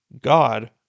God